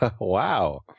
wow